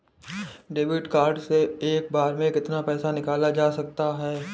Debit card से एक बार में कितना पैसा निकाला जा सकता है?